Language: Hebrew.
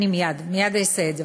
מייד אעשה את זה.